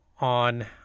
On